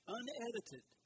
unedited